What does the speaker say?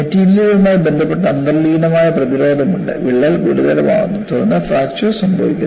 മെറ്റീരിയലുമായി ബന്ധപ്പെട്ട അന്തർലീനമായ പ്രതിരോധമുണ്ട് വിള്ളൽ ഗുരുതരമാവുന്നു തുടർന്ന് ഫ്രാക്ചർ സംഭവിക്കുന്നു